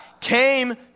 came